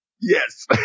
Yes